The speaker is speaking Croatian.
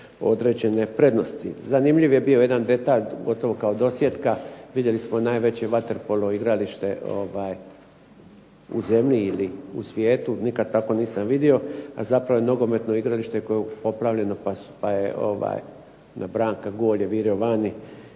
određene prednosti. Zanimljiv je bio jedan detalj, gotovo kao dosjetka, vidjeli smo najveće vaterpolo igralište u zemlji ili u svijetu, nikad tako nisam vidio, a zapravo je nogometno igralište koje je poplavljeno pa je …/Govornik